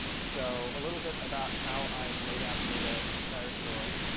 so a little bit about how i've laid out data in firestore.